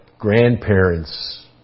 Grandparents